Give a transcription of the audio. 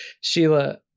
Sheila